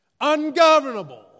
ungovernable